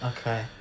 okay